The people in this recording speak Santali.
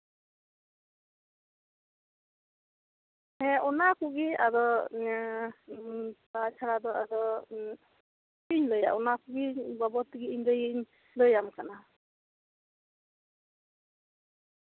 ᱦᱮᱸ ᱚᱱᱟ ᱠᱚᱜᱮ ᱟᱫᱚ ᱛᱟᱪᱷᱟᱲᱟ ᱫᱚ ᱟᱫᱚ ᱪᱮᱫ ᱤᱧ ᱞᱟᱹᱭᱟ ᱚᱱᱟᱠᱚᱜᱮ ᱵᱟᱵᱚᱫ ᱛᱮᱜᱮ ᱤᱧᱫᱩᱧ ᱞᱟᱹᱭᱟᱢ ᱠᱟᱱᱟ